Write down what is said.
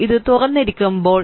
ഇത് തുറന്നിരിക്കുമ്പോൾ 2